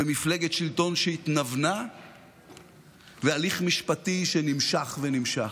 מפלגת שלטון שהתנוונה והליך משפטי שנמשך ונמשך.